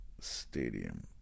Stadium